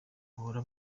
bahora